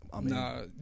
Nah